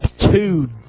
two